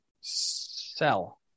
Sell